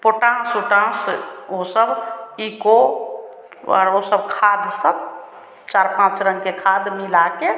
potash वोटाश वह सब ईको और वह सब खाद सब चार पाँच रंग की खाद मिलाकर